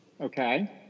Okay